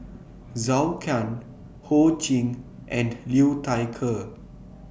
Zhou Can Ho Ching and Liu Thai Ker